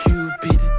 Cupid